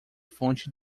fonte